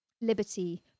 Liberty